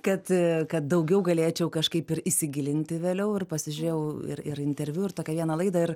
kad kad daugiau galėčiau kažkaip ir įsigilinti vėliau ir pasižiūrėjau ir ir interviu ir tokią vieną laidą ir